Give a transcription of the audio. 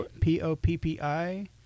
P-O-P-P-I